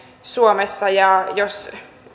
suomessa ja jos